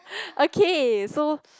okay so